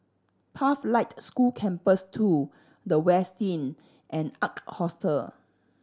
Pathlight School Campus Two The Westin and Ark Hostel